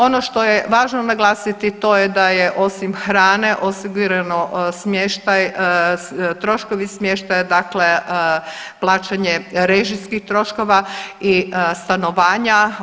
Ono što je važno naglasiti to je da je osim hrane osigurano smještaj, troškovi smještaja, dakle plaćanje režijskih troškova i stanovanja.